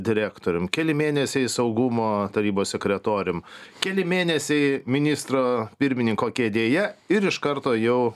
direktorium keli mėnesiai saugumo tarybos sekretorium keli mėnesiai ministro pirmininko kėdėje ir iš karto jau